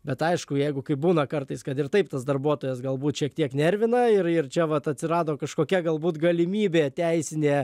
bet aišku jeigu kaip būna kartais kad ir taip tas darbuotojas galbūt šiek tiek nervina ir ir čia vat atsirado kažkokia galbūt galimybė teisinė